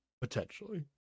potentially